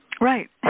Right